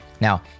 Now